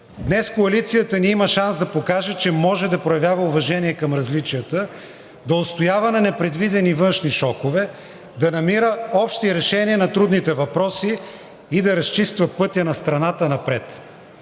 днес коалицията ни има шанс да покаже, че може да проявява уважение към различията, да устоява на непредвидени външни шокове, да намира общи решения на трудните въпроси и да разчиства пътя на страната напред.